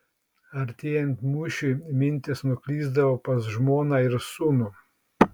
artėjant mūšiui mintys nuklysdavo pas žmoną ir sūnų